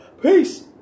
Peace